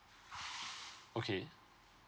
okay